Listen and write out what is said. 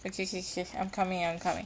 okay K K I'm coming I'm coming